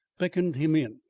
beckoned him in.